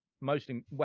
mostly